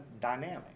dynamic